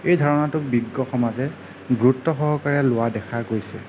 এই ধাৰণাটো বিজ্ঞসমাজে গুৰুত্বসহকাৰে লোৱা দেখা গৈছে